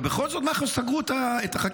ובכל זאת מח"ש סגרו את החקירות.